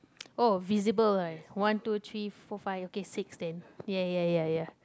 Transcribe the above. oh visible right one two three four five okay six then ya ya ya ya